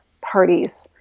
parties